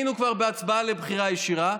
היינו כבר בהצבעה לבחירה ישירה,